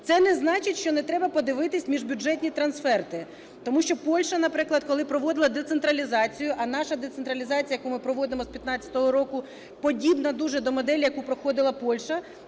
Це не значить, що не треба подивитися міжбюджетні трансферти. Тому що Польща, наприклад, коли проводила децентралізацію, а наша децентралізація, яку ми проводимо з 15-го року, подібна дуже до моделі, яку проходила Польща,